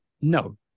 No